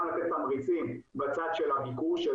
גם לתת תמריצים בצד של הביקוש,